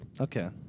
Okay